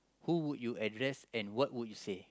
who would you address and what would you say